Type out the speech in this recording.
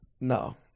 No